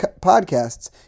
podcasts